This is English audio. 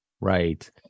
Right